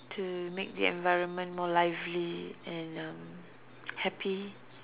to make the environment more lively and um happy